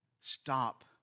Stop